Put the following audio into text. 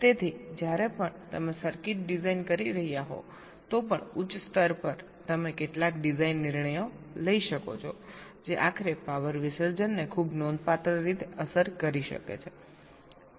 તેથી જ્યારે પણ તમે સર્કિટ ડિઝાઇન કરી રહ્યા હોવ તો પણ ઉચ્ચ સ્તર પર તમે કેટલાક ડિઝાઇન નિર્ણયો લઈ શકો છો જે આખરે પાવર વિસર્જનને ખૂબ નોંધપાત્ર રીતે અસર કરી શકે છે